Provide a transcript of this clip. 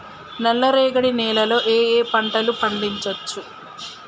నల్లరేగడి నేల లో ఏ ఏ పంట లు పండించచ్చు?